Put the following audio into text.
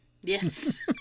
Yes